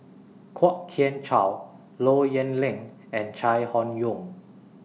Kwok Kian Chow Low Yen Ling and Chai Hon Yoong